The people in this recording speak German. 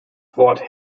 wort